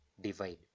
divide